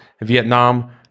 Vietnam